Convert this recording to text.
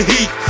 Heat